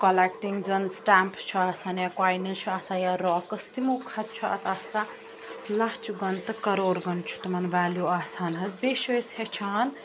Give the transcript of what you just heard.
collecting زَن stamps چھُ آسان یا کاینٕز چھُ آسان یا راکٕس تِمو کھۄتہٕ چھُ اَتھ آسان لَچھ گۄنہٕ تہٕ کَرور گۄنہٕ چھُ تِمَن ویلیوٗ آسان حظ بیٚیہِ چھِ أسۍ ہیٚچھان